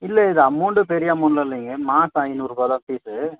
இல்லை இது அமௌன்ட்டு பெரிய அமௌன்ட்லாம் இல்லைங்க மாசோம் ஐநூறுரூவாதா ஃபீஸு